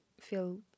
feel